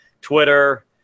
Twitter